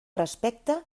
respecte